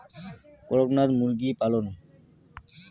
করকনাথ মুরগি পালন?